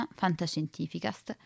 fantascientificast